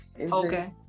okay